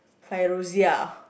Fairuziah